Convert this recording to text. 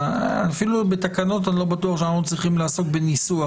אפילו בתקנות אני לא בטוח שאנחנו צריכים לעסוק בניסוח.